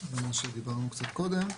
מה שדיברנו קצת קודם,